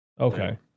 Okay